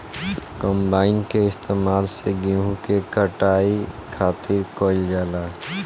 combine के इस्तेमाल से गेहूँ के कटाई खातिर कईल जाला